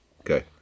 Okay